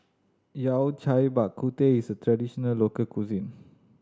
Yao Cai Bak Kut Teh is a traditional local cuisine